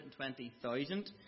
120,000